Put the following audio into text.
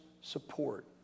support